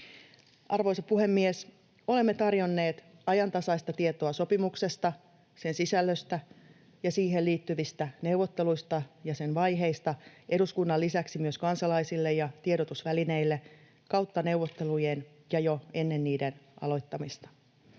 Arvoisa puhemies! Olemme tarjonneet ajantasaista tietoa sopimuksesta, sen sisällöstä ja siihen liittyvistä neuvotteluista ja sen vaiheista eduskunnan lisäksi myös kansalaisille ja tiedotusvälineille kautta neuvottelujen ja jo ennen niiden aloittamista.